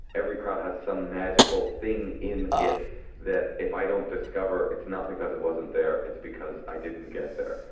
every crowd has some magical thing in it that if i don't discover it's not because it wasn't there, it's because i didn't get there.